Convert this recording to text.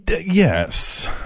Yes